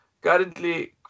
currently